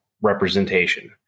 representation